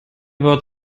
wort